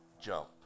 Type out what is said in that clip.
jump